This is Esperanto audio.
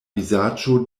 vizaĝo